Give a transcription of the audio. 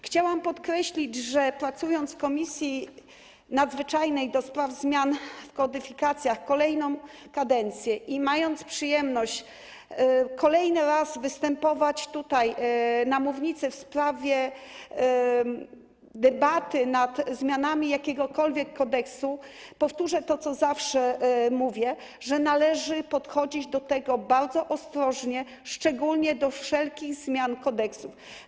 Chciałam podkreślić, że pracując w Komisji Nadzwyczajnej do spraw zmian w kodyfikacjach kolejną kadencję i mając przyjemność kolejny raz występować tutaj na mównicy w związku z debatą nad zmianami jakiegokolwiek kodeksu, powtórzę to, co zawsze mówię: należy podchodzić do tego bardzo ostrożnie, szczególnie do wszelkich zmian kodeksu.